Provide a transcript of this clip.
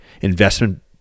investment